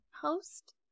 host